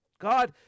God